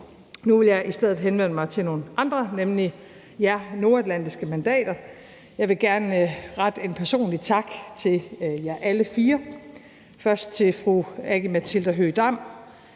Nu vil jeg i stedet henvende mig til nogle andre, nemlig jer nordatlantiske mandater. Jeg vil gerne rette en personlig tak til jer alle fire. Først til fru Aki-Matilda Høegh-Dam,